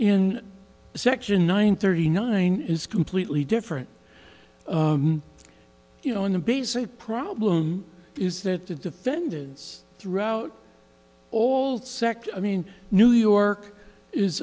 in section nine thirty nine is completely different you know in the basic problem is that the defendant's throughout all sectors i mean new york is